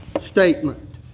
statement